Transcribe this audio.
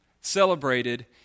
celebrated